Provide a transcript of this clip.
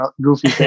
goofy